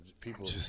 people